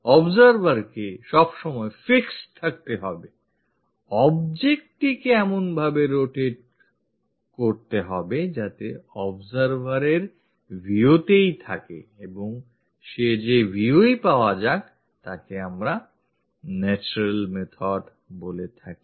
observerকে সবসময় fixed থাকতে হবে objectটিকে এমনভাবে rotate করতে হবে যাতে তা observerএর viewতেই থাকে এবং সে যেviewই পাওয়া যাক তাকে আমরা natural method বলি